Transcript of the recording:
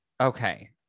Okay